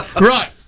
Right